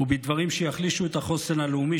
ובדברים שיחלישו את החוסן הלאומי,